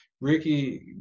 Ricky